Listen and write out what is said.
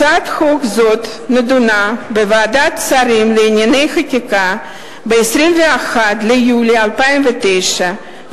הצעת חוק זו נדונה בוועדת השרים לענייני חקיקה ב-21 ביולי 2009,